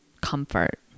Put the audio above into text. comfort